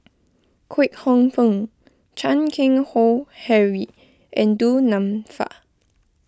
Kwek Hong Png Chan Keng Howe Harry and Du Nanfa